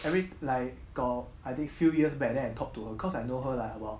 I mean like got I think few years back then I talk to her cause I know her like about